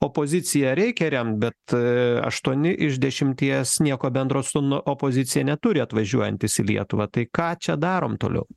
opoziciją reikia remt bet aštuoni iš dešimties nieko bendro su nu opozicija neturi atvažiuojantys į lietuvą tai ką čia darom toliau